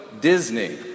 Disney